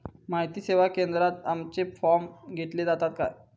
माहिती सेवा केंद्रात आमचे फॉर्म घेतले जातात काय?